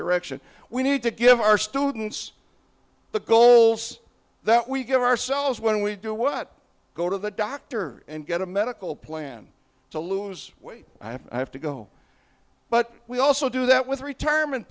direction we need to give our students the goals that we give ourselves when we do what go to the doctor and get a medical plan to lose weight i don't have to go but we also do that with retirement